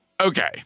Okay